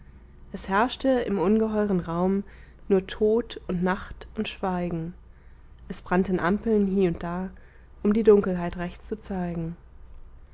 es herrschte im ungeheuren raum nur tod und nacht und schweigen es brannten ampeln hie und da um die dunkelheit recht zu zeigen